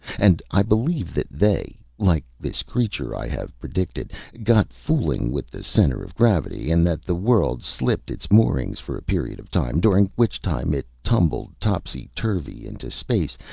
and i believe that they, like this creature i have predicted, got fooling with the centre of gravity, and that the world slipped its moorings for a period of time, during which time it tumbled topsy-turvey into space,